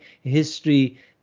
history